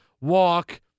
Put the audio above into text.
walk